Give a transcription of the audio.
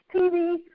TV